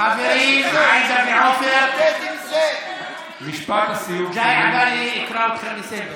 חברים, עאידה ועופר, אני אקרא אתכם לסדר.